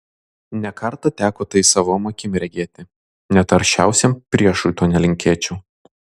ne kartą teko tai savom akim regėti net aršiausiam priešui to nelinkėčiau